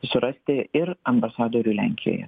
surasti ir ambasadorių lenkijoje